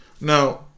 Now